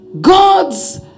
God's